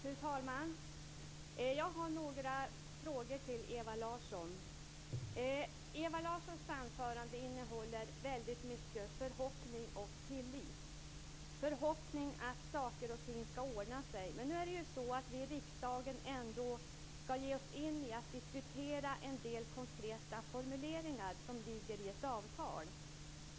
Fru talman! Jag har några frågor till Ewa Larsson. Ewa Larssons anförande innehåller väldigt mycket av förhoppning och tillit. Förhoppning att saker och ting ska ordna sig. Men nu är det så att vi i riksdagen ändå ska ge oss in i att diskutera en del konkreta formuleringar som ligger i ett avtal.